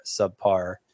subpar